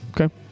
Okay